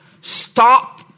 Stop